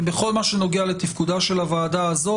בכל מה שנוגע לתפקודה של הוועדה הזאת,